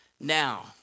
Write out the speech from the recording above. now